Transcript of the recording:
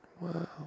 Wow